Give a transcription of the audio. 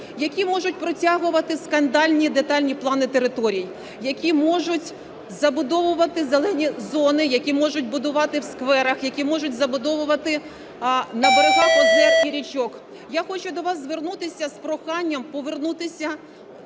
які можуть протягувати скандальні і детальні плани територій, які можуть забудовувати зелені зони, які можуть будувати в скверах, які можуть забудовувати на берегах озер і річок. Я хочу до вас звернутися з проханням повернутися